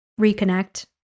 reconnect